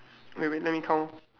eh wait let me count